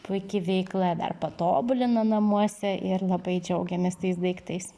puiki veikla dar patobulina namuose ir labai džiaugiamės tais daiktais